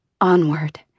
onward